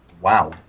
Wow